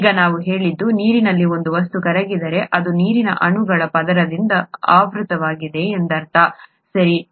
ಈಗ ನಾವು ಹೇಳಿದ್ದು ನೀರಿನಲ್ಲಿ ಒಂದು ವಸ್ತು ಕರಗಿದರೆ ಅದು ನೀರಿನ ಅಣುಗಳ ಪದರದಿಂದ ಆವೃತವಾಗಿದೆ ಎಂದರ್ಥ ಸರಿ